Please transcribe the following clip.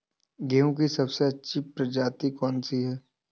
गेहूँ की सबसे अच्छी प्रजाति कौन सी है?